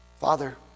Father